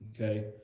Okay